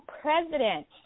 President